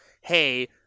hey